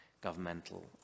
governmental